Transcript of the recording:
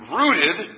rooted